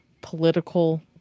political